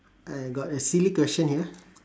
I got a silly question here